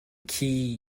key